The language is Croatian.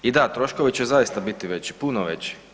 I da, troškovi će zaista biti veći, puno veći.